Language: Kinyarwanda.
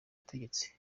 butegetsi